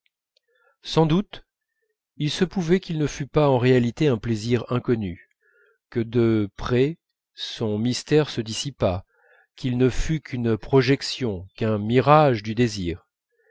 sans doute il se pouvait qu'il ne fût pas en réalité un plaisir inconnu que de près son mystère se dissipât qu'il ne fût qu'une projection qu'un mirage du désir